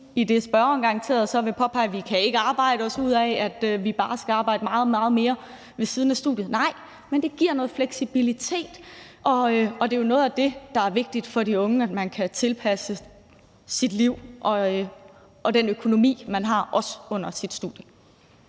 i det, spørgeren garanteret så vil påpege, at vi ikke kan arbejde os ud af det, og at vi ikke bare skal arbejde meget, meget mere ved siden af studiet. Nej, men det giver noget fleksibilitet, og det er jo noget af det, der er vigtigt for de unge: at man kan tilpasse sit liv og den økonomi, man har, også under sit studie.